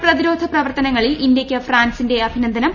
Covid പ്രതിരോധ പ്രവർത്തുനങ്ങളിൽ ഇന്ത്യക്ക് ഫ്രാൻസിന്റെ അഭിനന്ദനം